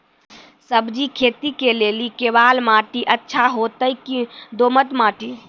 सब्जी खेती के लेली केवाल माटी अच्छा होते की दोमट माटी?